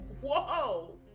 Whoa